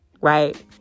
right